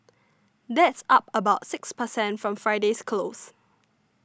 that's up about six per cent from Friday's close